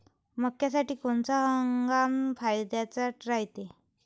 मक्क्यासाठी कोनचा हंगाम फायद्याचा रायते?